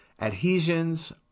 adhesions